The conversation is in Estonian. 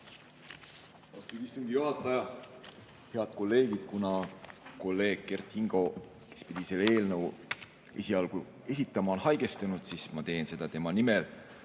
Austatud istungi juhataja! Head kolleegid! Kuna kolleeg Kert Kingo, kes pidi seda eelnõu esialgu [tutvustama], on haigestunud, siis ma teen seda tema nimel.